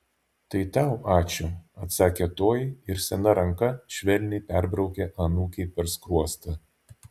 tai tau ačiū atsakė toji ir sena ranka švelniai perbraukė anūkei per skruostą